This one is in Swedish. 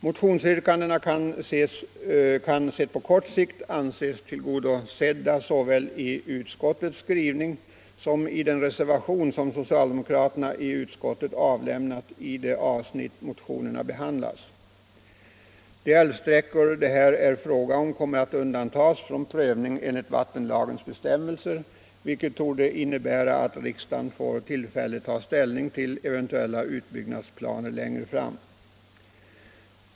Motionsyrkandena kan på kort sikt betraktas som tillgodosedda såväl i utskottets skrivning som i den reservation som socialdemokraterna i utskottet har avlämnat i det avsnitt där motionerna behandlas. De älvsträckor det här är fråga om kommer att undantas från prövning enligt vattenlagens bestämmelser, vilket torde innebära att riksdagen får tillfälle att ta ställning till eventuella utbyggnadsplaner längre fram.